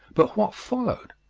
but what followed?